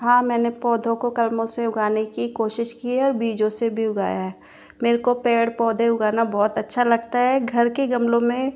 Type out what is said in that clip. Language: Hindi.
हाँ मैंने पौधों को कलमों से उगाने की कोशिश की है और बीजों से भी उगाया है मेरे को पेड़ पौधे उगाना बहुत अच्छा लगता है घर के गमलों में